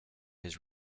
his